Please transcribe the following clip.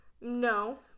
No